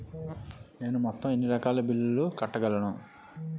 నేను మొత్తం ఎన్ని రకాల బిల్లులు కట్టగలను?